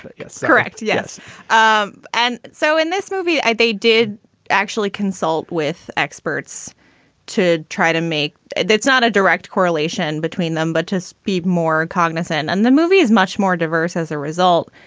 but yes, correct. yes um and so in this movie, they did actually consult with experts to try to make that's not a direct correlation between them, but just be more cognizant. and the movie is much more diverse as a result,